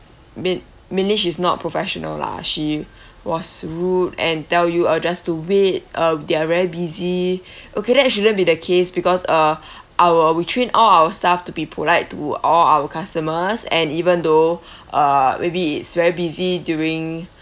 main~ mainly she's not professional lah she was rude and tell you uh just to wait um they are very busy okay that shouldn't be the case because uh our we train all our staff to be polite to all our customers and even though uh maybe it's very busy during